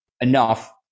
enough